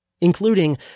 including